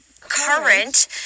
current